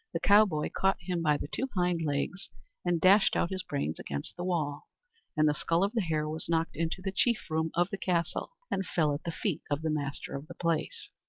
the cowboy caught him by the two hind legs and dashed out his brains against the wall and the skull of the hare was knocked into the chief room of the castle, and fell at the feet of the master of the place.